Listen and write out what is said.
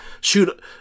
shoot